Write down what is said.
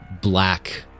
black